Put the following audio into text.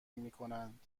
میکنند